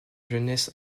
jeunesse